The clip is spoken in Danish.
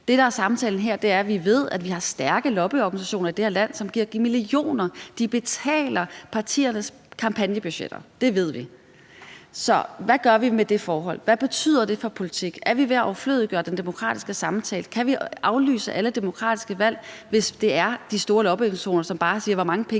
Det, der er samtalen her, er, at vi ved, at vi har stærke lobbyorganisationer i det her land, som giver millioner. De betaler partiernes kampagnebudgetter; det ved vi. Så hvad gør vi med det forhold? Hvad betyder det for politik? Er vi ved at overflødiggøre den demokratiske samtale? Kan vi aflyse alle demokratiske valg, hvis de store lobbyorganisationer bare siger, hvor mange penge